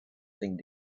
thing